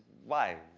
why?